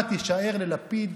וליברמן,